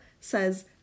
says